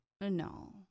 No